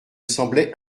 semblait